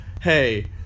hey